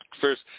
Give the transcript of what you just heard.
First